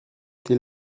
été